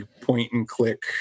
point-and-click